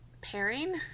pairing